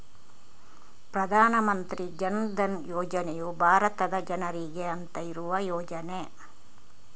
ಪ್ರಧಾನ ಮಂತ್ರಿ ಜನ್ ಧನ್ ಯೋಜನೆಯು ಭಾರತದ ಜನರಿಗೆ ಅಂತ ಇರುವ ಯೋಜನೆ